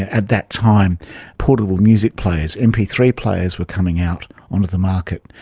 at that time portable music players, m p three players were coming out onto the market,